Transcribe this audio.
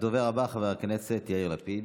הדובר הבא, חבר הכנסת יאיר לפיד,